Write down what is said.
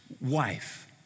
wife